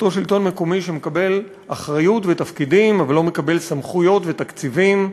אותו שלטון מקומי שמקבל אחריות ותפקידים אבל לא מקבל סמכויות ותקציבים.